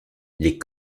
les